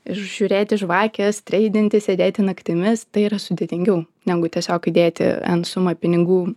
žiūrėt į žvakę streidinti sėdėti naktimis tai yra sudėtingiau negu tiesiog dėti n sumą pinigų